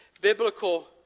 biblical